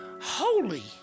Holy